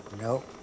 Nope